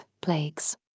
plagues